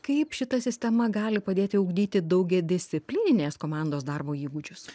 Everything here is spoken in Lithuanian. kaip šita sistema gali padėti ugdyti daugiadisciplininės komandos darbo įgūdžius